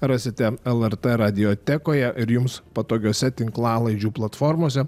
rasite lrt radiotekoje ir jums patogiose tinklalaidžių platformose